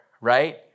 right